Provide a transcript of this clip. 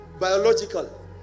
biological